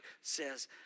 says